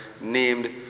named